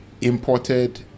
imported